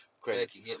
credits